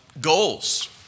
goals